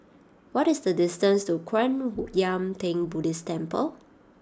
what is the distance to Kwan Yam Theng Buddhist Temple